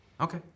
Okay